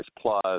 Plus